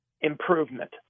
improvement